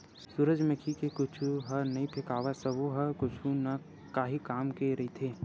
सूरजमुखी के कुछु ह नइ फेकावय सब्बो ह कुछु न काही काम के रहिथे